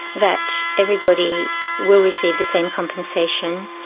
that everybody will receive the same compensation.